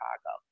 Chicago